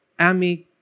Amy